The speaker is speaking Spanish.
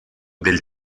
del